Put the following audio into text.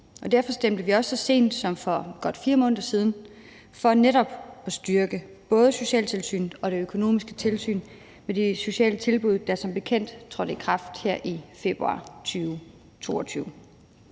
Derfor stemte vi også så sent som for godt 4 måneder siden for netop at styrke både socialtilsynet og det økonomiske tilsyn med de sociale tilbud, hvilket som bekendt trådte i kraft her i februar 2022.